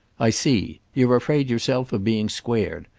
i see. you're afraid yourself of being squared.